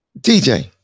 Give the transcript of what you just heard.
DJ